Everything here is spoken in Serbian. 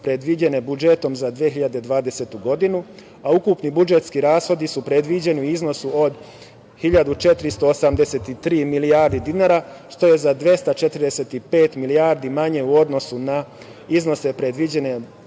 predviđene budžetom za 2020. godinu, a ukupni budžetski rashodi predviđeni su u iznosu od 1.483 milijardi dinara, što je za 245 milijardi manje u odnosu na iznose predviđene budžetom